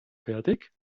fertig